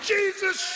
Jesus